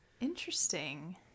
Interesting